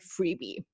freebie